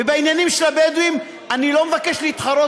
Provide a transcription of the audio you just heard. ובעניינים של הבדואים אני לא מבקש להתחרות